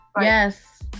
Yes